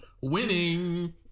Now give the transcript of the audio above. winning